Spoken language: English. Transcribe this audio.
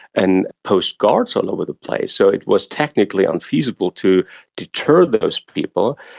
and post guards all over the place. so it was technically unfeasible to deter those people.